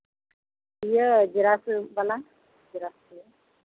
ᱤᱭᱟᱹ